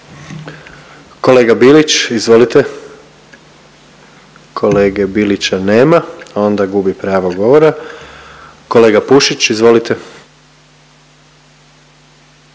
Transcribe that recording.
Kolega Bilić, izvolite. Kolege Bilića nema, onda gubi pravo govora. Kolega Pušić, izvolite.